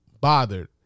bothered